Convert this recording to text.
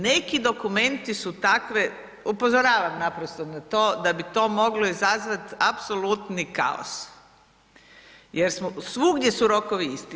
Neki dokumenti su takve, upozoravam naprosto na to da bi to moglo izazvati apsolutni kaos jer svugdje su rokovi isti.